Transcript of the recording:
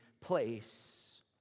place